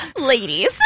ladies